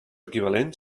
equivalent